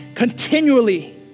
continually